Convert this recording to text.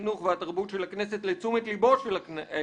החינוך והתרבות של הכנסת לתשומת ליבו של השר,